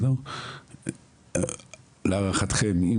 להערכתכם,